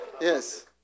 Yes